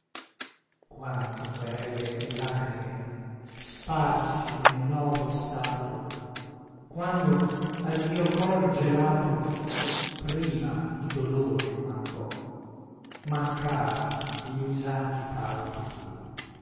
quante querele e lacrime sparsi nel novo stato quando al mio cor gelato prima il dolor mancò mancàr gli usati palpiti